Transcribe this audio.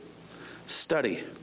Study